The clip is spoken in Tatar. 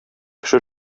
кеше